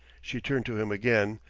she turned to him again,